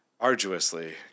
arduously